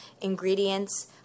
ingredients